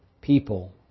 people